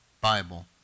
Bible